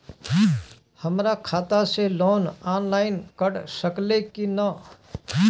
हमरा खाता से लोन ऑनलाइन कट सकले कि न?